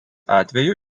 atveju